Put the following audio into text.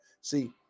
see